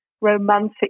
romantic